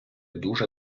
дуже